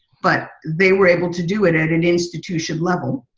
but they were able to do it at an institution level.